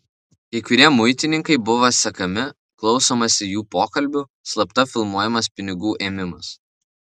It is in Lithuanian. kai kurie muitininkai buvo sekami klausomasi jų pokalbių slapta filmuojamas pinigų ėmimas